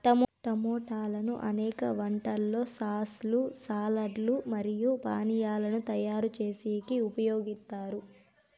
టమోటాలను అనేక వంటలలో సాస్ లు, సాలడ్ లు మరియు పానీయాలను తయారు చేసేకి ఉపయోగిత్తారు